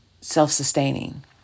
self-sustaining